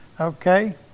Okay